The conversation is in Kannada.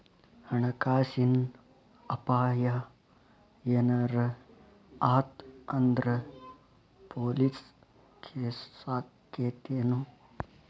ಹಣ ಕಾಸಿನ್ ಅಪಾಯಾ ಏನರ ಆತ್ ಅಂದ್ರ ಪೊಲೇಸ್ ಕೇಸಾಕ್ಕೇತೆನು?